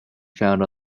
found